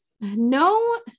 No